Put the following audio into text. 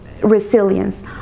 resilience